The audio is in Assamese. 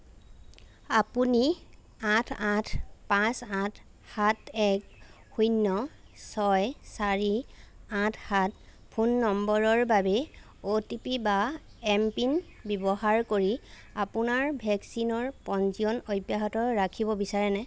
আপুনি আঠ আঠ পাঁচ আঠ সাত এক শূন্য ছয় চাৰি আঠ সাত ফোন নম্বৰৰ বাবে অ' টি পি বা এম পিন ব্যৱহাৰ কৰি আপোনাৰ ভেকচিনৰ পঞ্জীয়ন অব্যাহত ৰাখিব বিচাৰেনে